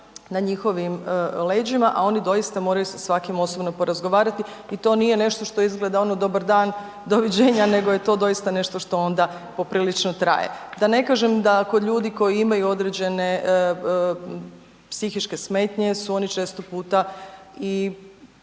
na njihovim leđima, a oni doista moraju sa svakim osobno porazgovarati i to nije nešto što izgleda ono dobar dan, doviđenja, nego je to doista nešto što onda poprilično traje. Da ne kažem da kod ljudi koji imaju određene psihičke smetnje su oni često puta i